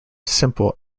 simple